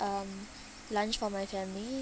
um lunch for my family